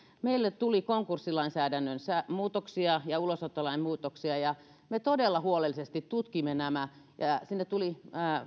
meille tuli konkurssilainsäädännön muutoksia ja ulosottolain muutoksia ja me todella huolellisesti tutkimme nämä sinne tuli